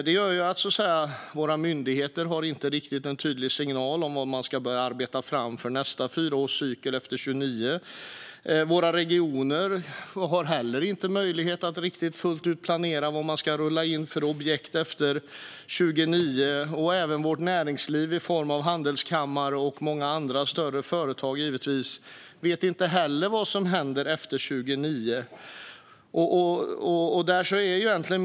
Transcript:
Det gör att våra myndigheter inte riktigt har en tydlig signal om vad de ska börja arbeta fram för nästa fyraårscykel, efter 2029. Våra regioner har inte möjlighet att fullt ut planera vilka objekt de ska rulla in efter 2029. Vårt näringsliv, i form av handelskammare och många andra större företag, vet inte heller vad som händer efter 2029.